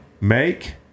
make